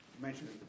mentioned